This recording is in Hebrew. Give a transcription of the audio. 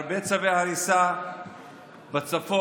הרבה צווי הריסה בצפון,